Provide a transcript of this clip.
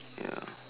ya